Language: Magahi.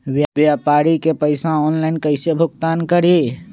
व्यापारी के पैसा ऑनलाइन कईसे भुगतान करी?